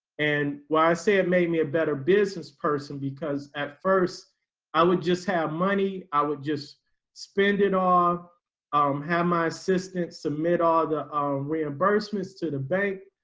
and why i say it made me a better business person because at first i would just have money i would just spend it on um have my assistant submit all the reimbursements to the bank.